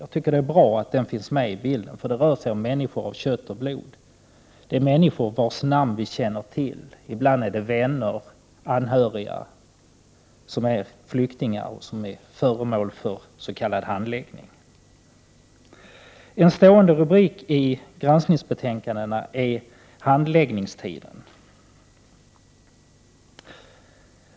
Jag tycker att det bra att den finns med i bilden, eftersom det rör sig om människor av kött och blod. Det är människor vilkas namn vi känner till. Ibland är det vänner och anhöriga som är flyktingar och som är föremål för s.k. handläggning. En stående rubrik i granskningsbetänkandena är handläggningstiden.